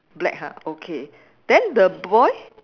black ha okay then the boy